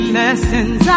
lessons